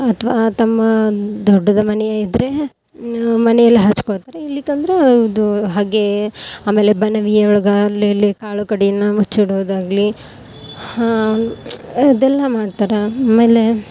ಅಥ್ವಾ ತಮ್ಮ ದೊಡ್ಡ ಮನೆ ಇದ್ದರೆ ಮನೇಲಿ ಹಚ್ಚಿಕೊಳ್ತಾರೆ ಇಲ್ಲಿ ತಂದ್ರೆ ಇದು ಹಗೇವು ಆಮೇಲೆ ಬಣವಿ ಒಳಗೆ ಅಲ್ಲಿ ಇಲ್ಲಿ ಕಾಳು ಕಡೀನ ಮುಚ್ಚಿಡೋದಾಗಲೀ ಅದೆಲ್ಲ ಮಾಡ್ತಾರೆ ಆಮೇಲೆ